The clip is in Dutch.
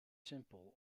simpel